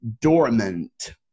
dormant